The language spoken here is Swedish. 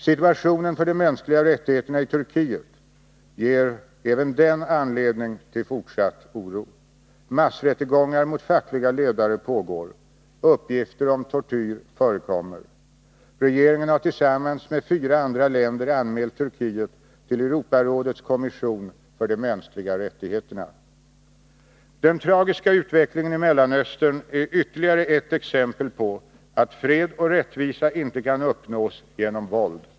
Situationen för de mänskliga rättigheterna i Turkiet ger även den anledning till fortsatt oro. Massrättegångar mot fackliga ledare pågår. Uppgifter om tortyr förekommer. Regeringen har tillsammans med fyra andra länder anmält Turkiet till Europarådets kommission för de mänskliga rättigheterna. Den tragiska utvecklingen i Mellanöstern är ytterligare ett exempel på att fred och rättvisa inte kan uppnås genom våld.